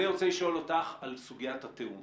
אני רוצה לשאול אותך על סוגיית התיאום,